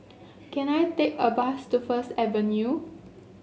can I take a bus to First Avenue